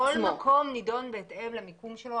כל מקום נדון בהתאם למיקום שלו.